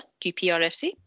QPRFC